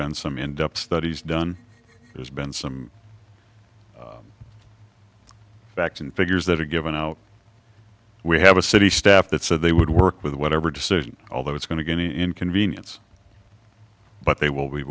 been some in depth studies done there's been some facts and figures that are given out we have a city staff that said they would work with whatever decision although it's going to get an inconvenience but they will be